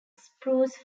spruce